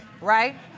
Right